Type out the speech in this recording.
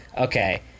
Okay